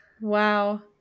Wow